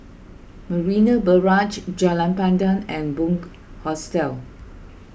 Marina Barrage Jalan Pandan and Bunc Hostel